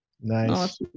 Nice